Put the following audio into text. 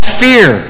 fear